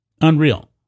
Unreal